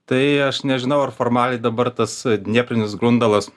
tai aš nežinau ar formaliai dabar tas dnieprinis grundalas